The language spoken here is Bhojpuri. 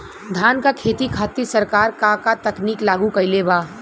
धान क खेती खातिर सरकार का का तकनीक लागू कईले बा?